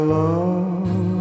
love